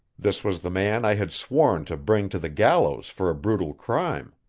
this was the man i had sworn to bring to the gallows for a brutal crime.